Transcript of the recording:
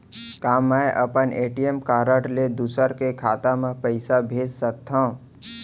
का मैं अपन ए.टी.एम कारड ले दूसर के खाता म पइसा भेज सकथव?